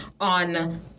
on